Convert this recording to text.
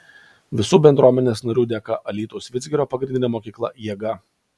visų bendruomenės narių dėka alytaus vidzgirio pagrindinė mokykla jėga